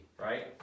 right